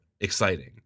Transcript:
exciting